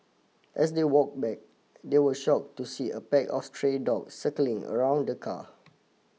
as they walk back they were shock to see a pack of stray dogs circling around the car